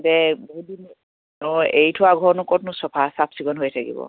বহুত দিন অঁ এৰি থোৱা ঘৰনো ক'তনো চফা চাফ চিকুণ হৈ থাকিব